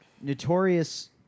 Notorious